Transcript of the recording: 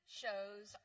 shows